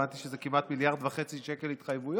הבנתי שזה כמעט 1.5 מיליארד שקל התחייבויות.